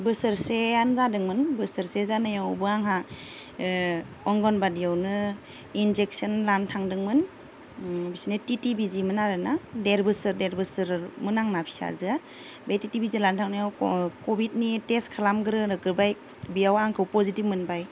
बोसोरसेयानो जादोंमोन बोसोरसे जानायावबो आंहा अंगनबादियावनो इन्जेकसन लानो थांदोंमोन बिसोरनि टिटि बिजिमोन आरो ना देर बोसोरमोन आंना फिसाजोआ बे टिटि बिजि लानो थांनायाव कभिडनि टेस्ट खालामग्रोबाय बेयाव आंखौ पजिटिभ मोनबाय